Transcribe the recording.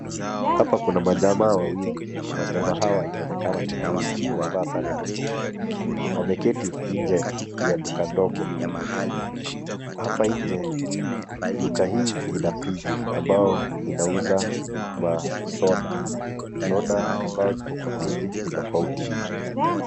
Hapa kuna majamaa wawili. Majamaa hawa inaonekana ni raia wamevaa sare tofauti. Wameketi nje ya duka ndogo. Hapa nje duka hii ina friji ambao inauza masoda. Soda ambayo ziko kwa friji ni tofauti.